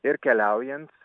ir keliaujant